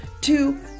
two